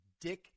dick